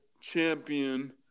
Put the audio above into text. Champion